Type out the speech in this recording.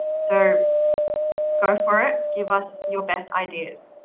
so go for it. give us your best ideas.